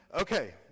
okay